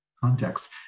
context